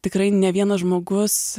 tikrai ne vienas žmogus